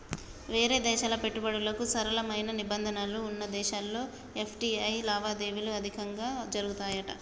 వేరే దేశాల పెట్టుబడులకు సరళమైన నిబంధనలు వున్న దేశాల్లో ఎఫ్.టి.ఐ లావాదేవీలు అధికంగా జరుపుతాయట